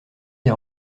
des